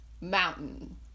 Mountain